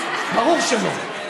ברור שלא.